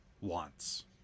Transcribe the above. wants